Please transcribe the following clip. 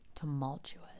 tumultuous